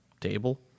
table